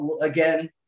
again